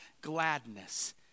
gladness